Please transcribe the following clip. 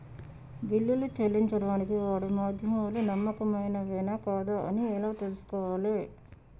బిల్లులు చెల్లించడానికి వాడే మాధ్యమాలు నమ్మకమైనవేనా కాదా అని ఎలా తెలుసుకోవాలే?